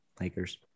Lakers